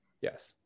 Yes